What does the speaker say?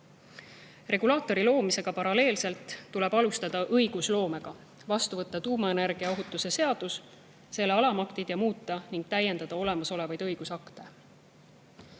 Regulaatori loomisega paralleelselt tuleb alustada õigusloomet, võtta vastu tuumaenergia ohutuse seadus ja selle alamaktid ning muuta ja täiendada olemasolevaid õigusakte.